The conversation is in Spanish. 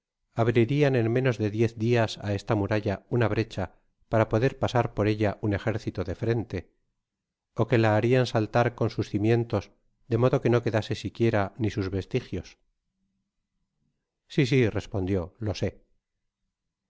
abririan en menos de diez dias á esta muralla una brecha para poder pasar por ella un ejército de frente ó que la harian saltar con sus cimientos de modo que no quedase siquiera ni sus vestigios si si respondió lo sé